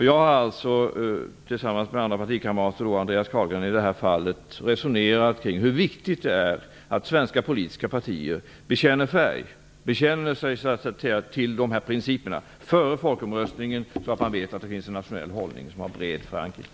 Jag har alltså tillsammans med partikamrater, Andreas Carlgren i det här fallet, resonerat kring hur viktigt det är att svenska politiska partier bekänner färg, bekänner sig till de här principerna, före folkomröstningen, så att man vet att det finns en nationell hållning som har bred förankring.